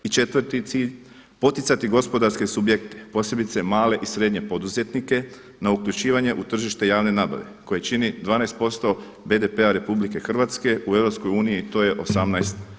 I četvrti cilj poticati gospodarske subjekte posebice male i srednje poduzetnike na uključivanje u tržište javne nabave koje čini 12% BDP-a RH, u EU to je 18%